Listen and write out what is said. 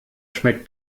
schmeckt